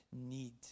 need